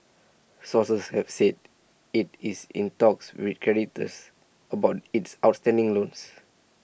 sources have said it is in talks with creditors about its outstanding loans